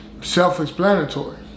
self-explanatory